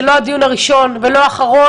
זה לא הדיון הראשון ולא האחרון,